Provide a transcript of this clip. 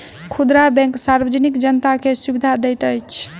खुदरा बैंक सार्वजनिक जनता के सुविधा दैत अछि